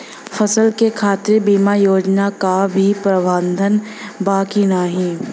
फसल के खातीर बिमा योजना क भी प्रवाधान बा की नाही?